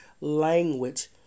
language